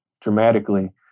dramatically